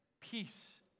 Peace